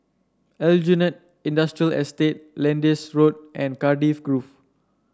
Aljunied Industrial Estate Lyndhurst Road and Cardiff Grove